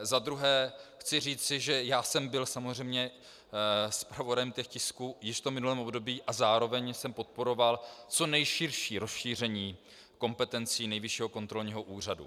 Za druhé chci říci, že jsem byl samozřejmě zpravodajem těch tisků již v minulém období a zároveň jsem podporoval co nejširší rozšíření kompetencí Nejvyššího kontrolního úřadu.